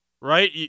right